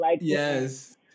Yes